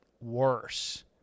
worse